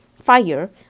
fire